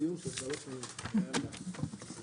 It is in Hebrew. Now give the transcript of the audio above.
הישיבה ננעלה בשעה 09:30.